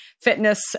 fitness